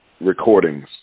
recordings